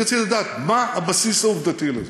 אני רציתי לדעת מה הבסיס העובדתי לזה.